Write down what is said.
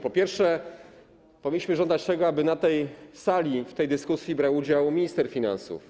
Po pierwsze, powinniśmy żądać tego, aby na tej sali w tej dyskusji brał udział minister finansów.